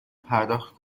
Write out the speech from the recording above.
پرداخت